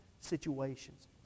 situations